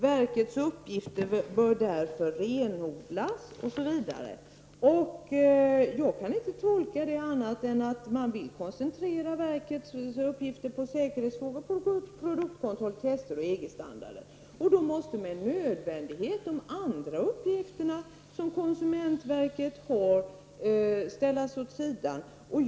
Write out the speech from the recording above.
Verkens uppgifter bör därför renodlas osv. Jag kan inte tolka detta på annat sätt än att man vill koncentrera verkets uppgifter till säkerhetsfrågor, produktkontroll, tester och EG-standarder. Men det måste med nödvändighet innebära att konsumentverkets övriga uppgifter hamnar vid sidan av.